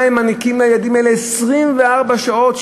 מה הם מעניקים לילדים האלה 24 שעות,